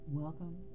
welcome